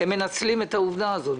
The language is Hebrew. הם מנצלים את העובדה הזאת,